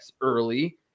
early